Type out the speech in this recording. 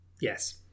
Yes